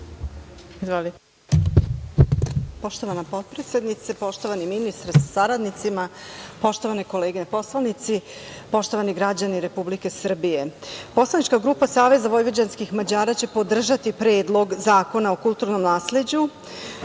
Poštovana potpredsednice, poštovani ministre sa saradnicima, poštovane kolege poslanici, poštovani građani Republike Srbije, poslanička grupa SVM će podržati Predlog zakona o kulturnom nasleđu